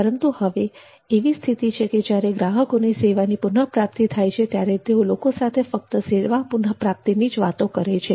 પરંતુ હવે એવી સ્થિતિ છે કે જ્યારે ગ્રાહકોને સેવાની પુનઃપ્રાપ્તિ થાય છે ત્યારે તેઓ લોકો સાથે ફક્ત સેવા પુન પ્રાપ્તિની જ વાતો કરે છે